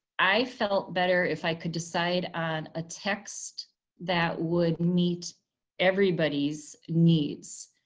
i felt better if i could decide on a text that would meet everybody's needs.